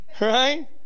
Right